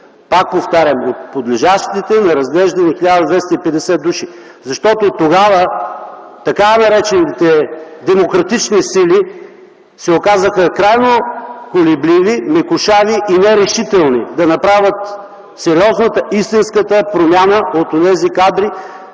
Пак повтарям: подлежащите на разглеждане 1250 души! Защото тогава така наречените демократични сили се оказаха крайно колебливи, мекушави и нерешителни да направят сериозната, истинската промяна от онези кадри,